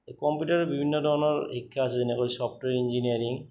এই কম্পিটাৰৰ বিভিন্ন ধৰণৰ শিক্ষা আছে যেনেকৈ ছফ্টৱেৰ ইঞ্জিনিয়াৰিং